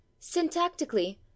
Syntactically